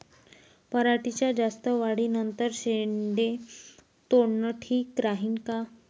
पराटीच्या जास्त वाढी नंतर शेंडे तोडनं ठीक राहीन का?